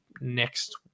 next